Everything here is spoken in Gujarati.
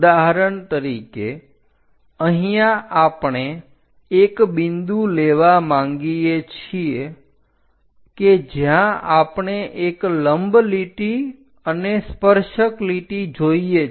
ઉદાહરણ તરીકે અહીંયા આપણે એક બિંદુ લેવા માંગીએ છીએ કે જ્યાં આપણે એક લંબ લીટી અને સ્પર્શક લીટી જોઈએ છે